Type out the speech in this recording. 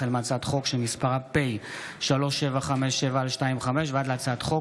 החל בהצעת חוק פ/3757/25 וכלה בהצעת חוק